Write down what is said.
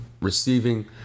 receiving